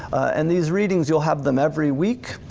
and these readings you'll have them every week.